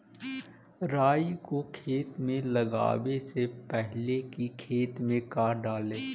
राई को खेत मे लगाबे से पहले कि खेत मे क्या डाले?